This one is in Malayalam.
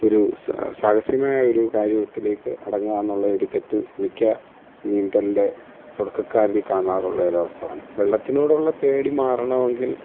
ഒരു സാഹസികമായ ഒരു കാര്യത്തിലേക്ക് അടങ്ങുകയെന്നുള്ളൊരു തെറ്റ് മിക്ക നീന്തലിൻ്റെ തുടക്കക്കാരിൽ കാണാറുള്ള ഒരു അവസ്ഥയാണ് വെള്ളത്തിനോടുള്ള പേടി മാറണമെങ്കിൽ